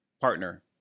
partner